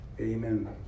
amen